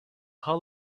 hull